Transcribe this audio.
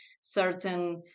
certain